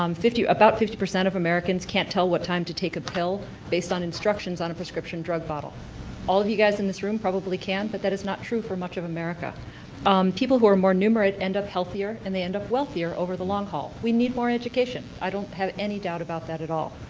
um about fifty percent of americans can't tell what time to take a pill based on instructions on a prescription drug bottle all of you guys on this room probably can but that is not true for much of america people who are more numerate end up healthier, and they end up wealthier over the long haul, we need more education i don't have any doubt about that at all